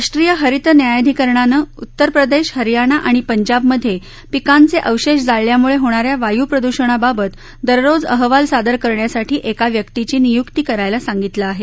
राष्ट्रीय हरित न्यायाधिकरणाने उत्तर प्रदेश हरियाणा आणि पंजाबमध्ये पिकांचे अवशेष जाळल्यामुळे होणाऱ्या वायू प्रदूषणाबाबत दररोज अहवाल सादर करण्यासाठी एका व्यक्तीची निय्क्ती करायला सांगितलं आहे